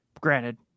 granted